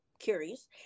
curious